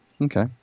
Okay